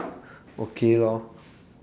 okay lor